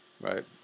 Right